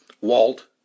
Walt